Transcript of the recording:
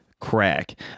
crack